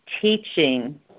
teaching